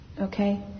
okay